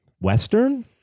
western